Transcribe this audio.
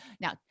now